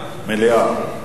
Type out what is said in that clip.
מליאה.